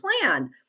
plan